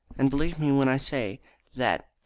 and believe me when i say that,